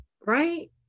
right